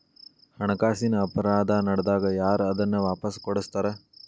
ಹಣಕಾಸಿನ್ ಅಪರಾಧಾ ನಡ್ದಾಗ ಯಾರ್ ಅದನ್ನ ವಾಪಸ್ ಕೊಡಸ್ತಾರ?